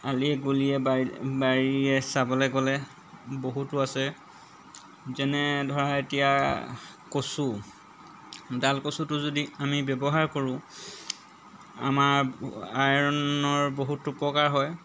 অলিয়ে গলিয়ে বাৰীয়ে চাবলৈ গ'লে বহুতো আছে যেনে ধৰা এতিয়া কচু ডাল কচুটো যদি আমি ব্যৱহাৰ কৰোঁ আমাৰ আইৰণৰ বহুতো উপকাৰ হয়